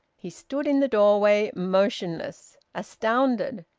he stood in the doorway, motionless, astounded,